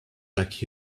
like